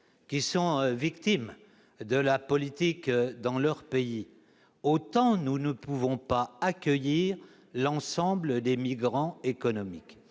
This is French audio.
ou de persécutions politiques dans leur pays, autant nous ne pouvons accueillir l'ensemble des migrants économiques.